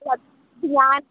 ഇതു ഞാൻ